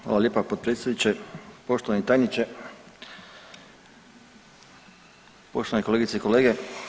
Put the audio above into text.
Hvala lijepa potpredsjedniče, poštovani tajniče, poštovani kolegice i kolege.